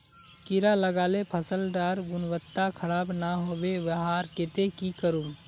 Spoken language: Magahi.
कीड़ा लगाले फसल डार गुणवत्ता खराब ना होबे वहार केते की करूम?